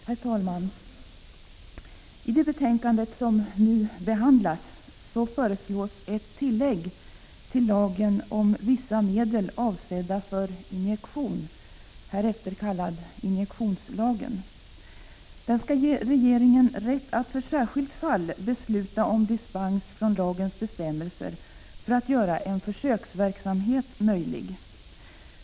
Herr talman! I det betänkande som nu behandlas föreslås ett tillägg till lagen om vissa medel avsedda för injektion, härefter kallad injektionslagen. Tillägget skall ge regeringen rätt att för särskilt fall besluta om dispens från lagens bestämmelser för att göra en försöksverksamhet möjlig.